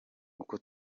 uko